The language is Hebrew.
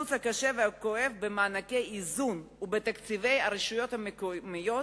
הקיצוץ הקשה והכואב במענקי האיזון ובתקציבי הרשויות המקומיות,